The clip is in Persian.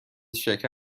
شکر